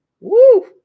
Woo